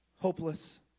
hopeless